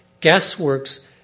Gasworks